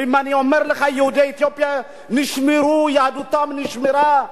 אני אומר לך: יהודי אתיופיה, יהדותם נשמרה,